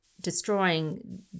destroying